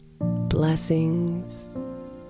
Blessings